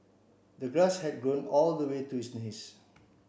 the grass had grown all the way to his knees